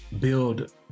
build